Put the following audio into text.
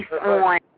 on